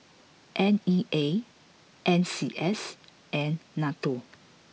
N E A N C S and Nato